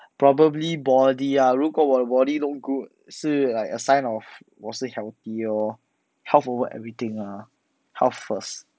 probably body ah 如果我 body no good 是 like a sign of 我是 healthy lor health over everything lah health first